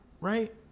Right